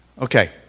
Okay